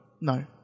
No